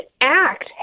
act